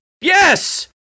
yes